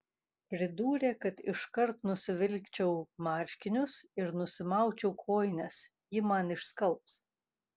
pridūrė kad iškart nusivilkčiau marškinius ir nusimaučiau kojines ji man išskalbs